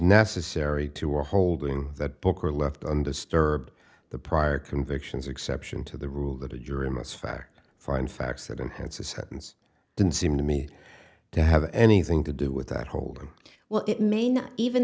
necessary to a holding that book are left undisturbed the prior convictions exception to the rule that a jury must fact find facts that enhance the sentence didn't seem to me to have anything to do with that holding well